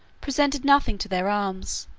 presented nothing to their arms,